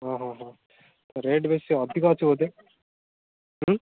ହଁ ହଁ ହଁ ରେଟ୍ ବେଶୀ ଅଧିକ ଅଛି ବୋଧେ ହଁ